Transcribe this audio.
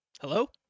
Hello